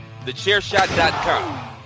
Thechairshot.com